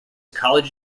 college